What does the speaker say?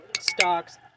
stocks